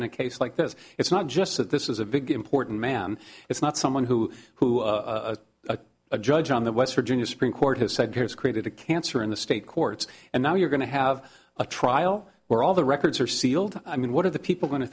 in a case like this it's not just that this is a big important man it's not someone who who a a a judge on the west virginia supreme court has said there is created a cancer in the state courts and now you're going to have a trial where all the records are sealed i mean what are the people going to